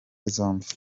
zombi